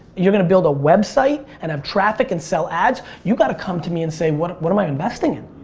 you're gonna build a website and have traffic and sell ads? you got to come to me and say what what am i investing in?